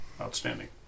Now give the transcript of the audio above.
Outstanding